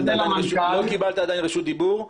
לא קיבלת עדיין רשות דיבור.